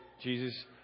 Jesus